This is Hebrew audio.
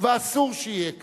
ואסור שיהיה כך.